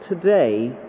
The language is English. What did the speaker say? today